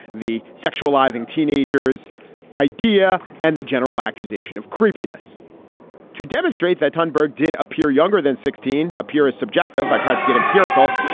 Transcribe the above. the sexualising teenagers idea and the general accusation of creepiness to demonstrate that honberg did appear younger than sixteen appears subjective. i tried to get empirical.